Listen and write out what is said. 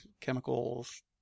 chemicals